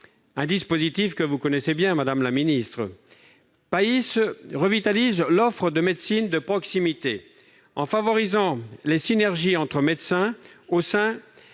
et que vous connaissez bien, madame la ministre. Le dispositif PAIS revitalise l'offre de médecine de proximité en favorisant les synergies entre médecins, au sein